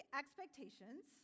expectations